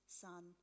son